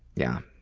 yeah.